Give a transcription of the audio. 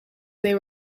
they